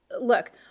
look